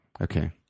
Okay